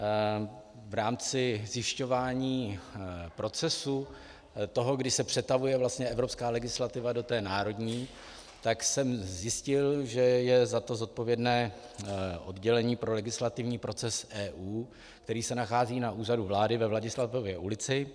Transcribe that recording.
V rámci zjišťování procesu toho, kdy se přetavuje evropská legislativa do té národní, jsem zjistil, že je za to zodpovědné oddělení pro legislativní proces EU, které se nachází na Úřadu vlády ve Vladislavově ulici.